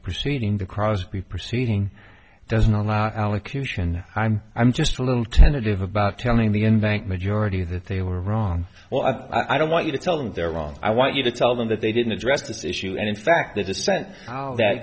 proceed in the crosby proceeding doesn't allow allocution i'm just a little tentative about telling the end bank majority that they were wrong well i don't want you to tell them they're wrong i want you to tell them that they didn't address this issue and in fact the dissent that